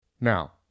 Now